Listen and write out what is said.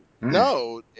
No